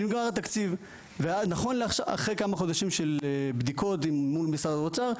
נגמר התקציב ונכון לאחרי כמה חודשים של בדיקות מול משרד האוצר,